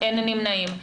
אין נמנעים.